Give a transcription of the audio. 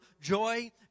joy